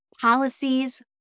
policies